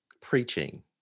preaching